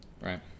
right